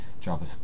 java